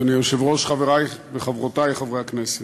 חברי וחברותי חברי הכנסת,